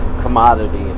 commodity